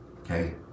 okay